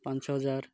ପାଞ୍ଚହଜାର